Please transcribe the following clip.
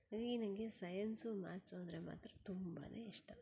ಹೀಗೆ ನನಗೆ science maths ಅಂದರೆ ಮಾತ್ರ ತುಂಬಾನೇ ಇಷ್ಟ